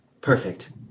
Perfect